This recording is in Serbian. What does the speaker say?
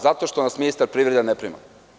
Zato što nas ministar privrede ne prima.